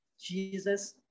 Jesus